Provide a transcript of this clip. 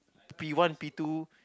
P one P two